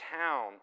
town